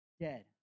dead